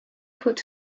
put